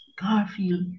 Garfield